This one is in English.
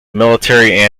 military